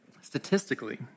Statistically